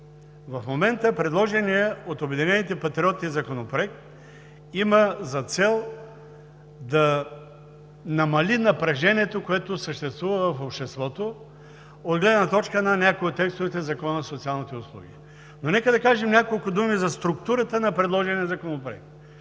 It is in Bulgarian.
в момента предложеният от „Обединени патриоти“ законопроект има за цел да намали напрежението, което съществува в обществото, от гледна точка на някои от текстовете в Закона за социалните услуги. Но нека да кажем няколко думи за структурата на предложения законопроект.